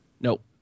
Nope